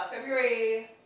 February